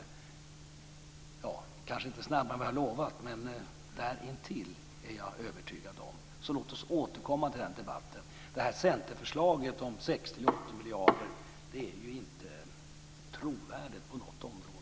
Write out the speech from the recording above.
Det går kanske inte snabbare än vad jag har lovat, men jag är övertygad om att det kommer att ske däromkring. Låt oss återkomma till den debatten. Centerförslaget om 60-80 miljarder är inte trovärdigt på något område.